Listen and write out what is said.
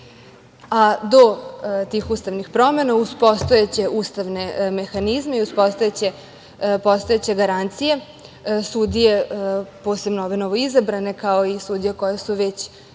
Do tih ustavnih promena, uz postojeće ustavne mehanizme i uz postojeće garancije, sudije, posebno ove novoizabrane, kao i sudije koje su već